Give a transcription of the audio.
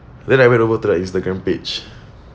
then I went over to their Instagram page